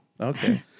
Okay